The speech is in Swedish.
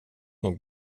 nog